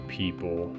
people